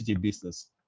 business